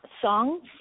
songs